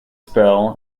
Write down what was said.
spell